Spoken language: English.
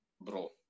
Bro